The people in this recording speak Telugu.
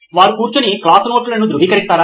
వారు కూర్చుని క్లాస్ నోట్లను ధృవీకరిస్తారా